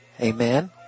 Amen